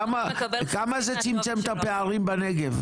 כמה זה צמצם את הפערים בנגב?